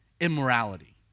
immorality